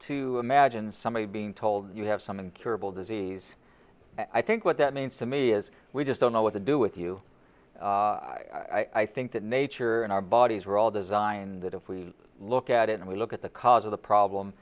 to imagine somebody being told you have some incurable disease i think what that means to me is we just don't know what to do with you i think that nature and our bodies we're all designed that if we look at it and we look at the cause of the problem